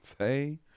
Say